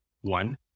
One